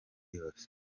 yose